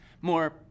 more